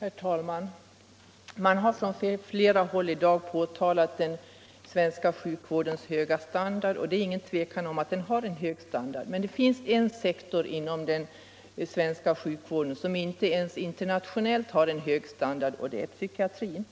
Herr talman! Man har i dag på flera håll talat om den svenska sjukvårdens höga standard, och det är inget tvivel om att den har en hög standard. Men det finns en sektor inom den svenska sjukvården som inte ens vid en internationell jämförelse kan sägas ha en hög standard, och det är psykiatrin.